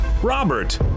Robert